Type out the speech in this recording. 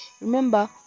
remember